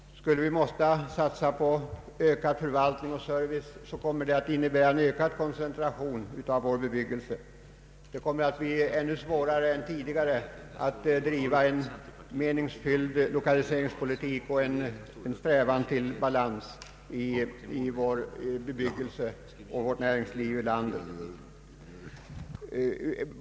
Skall vi bli tvungna att satsa på en ökad förvaltningsoch servicesektor, kommer det att innebära en koncentration av vår bebyggelse. Det kommer att bli ännu svårare än tidigare att driva en meningsfylld lokaliseringspolitik och att sträva till balans i vår bebyggelse och vårt näringsliv i landet.